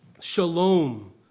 shalom